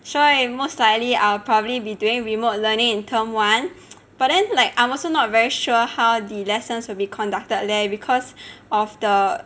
so like most likely I'll probably be doing remote learning in term one but then like I'm also not very sure how the lessons will be conducted there because of the